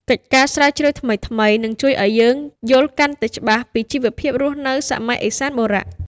ការស្រាវជ្រាវថ្មីៗនឹងជួយឱ្យយើងយល់កាន់តែច្បាស់ពីជីវភាពរស់នៅសម័យឦសានបុរៈ។